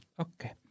Okay